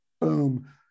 boom